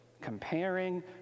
comparing